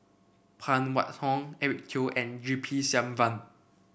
Phan Wait Hong Eric Teo and G P Selvam